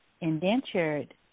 indentured